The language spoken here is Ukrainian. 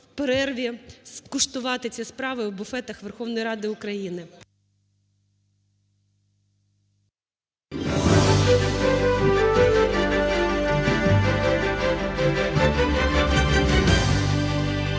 у перерві скоштувати ці страви у буфетах Верховної Ради України.